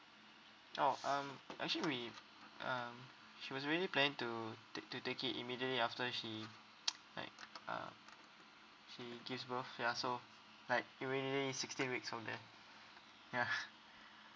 oh um actually we um she was really planning to ta~ to take it immediately after she like uh she gives birth ya so like you we really need sixteen weeks from there ya